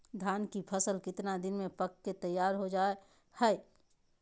धान के फसल कितना दिन में पक के तैयार हो जा हाय?